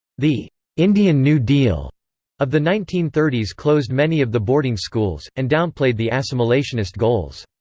the indian new deal of the nineteen thirty s closed many of the boarding schools, and downplayed the assimilationist goals.